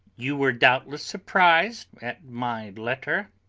you were doubtless surprised at my letter?